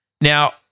Now